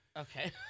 Okay